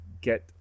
get